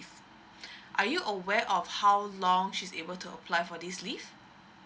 are you aware of how long she's able to apply for this leave